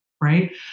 Right